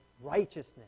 righteousness